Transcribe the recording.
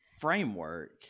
framework